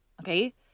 Okay